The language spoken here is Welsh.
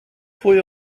pwy